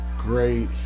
great